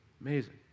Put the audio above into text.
Amazing